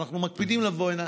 אנחנו מקפידים לבוא הנה.